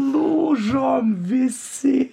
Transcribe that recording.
lūžom visi